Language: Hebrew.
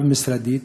רב-משרדית,